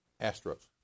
Astros